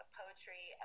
poetry